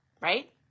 Right